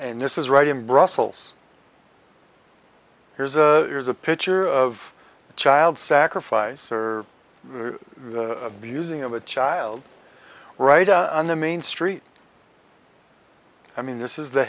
and this is right in brussels here's a here's a picture of child sacrifice or the abusing of a child right on the main street i mean this is the